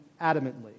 adamantly